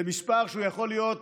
זה מספר שיכול להיות,